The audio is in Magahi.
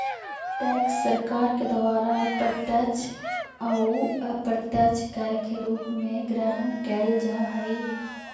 टैक्स सरकार के द्वारा प्रत्यक्ष अउ अप्रत्यक्ष कर के रूप में ग्रहण कैल जा हई